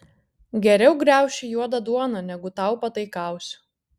geriau graušiu juodą duoną negu tau pataikausiu